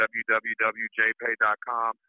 www.jpay.com